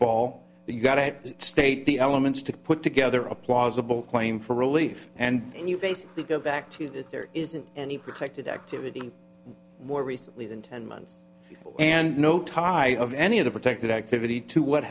ball you got to state the elements to put together a plausible claim for relief and you base it go back to that there isn't any protected activity more recently than ten months and no tie of any of the protected activity to what